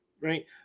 right